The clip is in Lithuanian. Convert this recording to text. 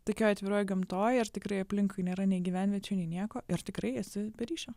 tokioj atviroj gamtoj ir tikrai aplinkui nėra nei gyvenviečių nei nieko ir tikrai esi be ryšio